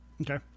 okay